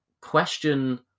question